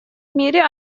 мире